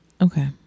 Okay